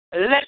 Let